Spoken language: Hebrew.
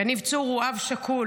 יניב צור הוא אב שכול.